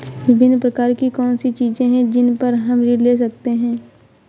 विभिन्न प्रकार की कौन सी चीजें हैं जिन पर हम ऋण ले सकते हैं?